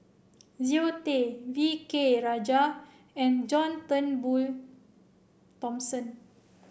Zero Tay V K Rajah and John Turnbull Thomson